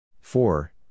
four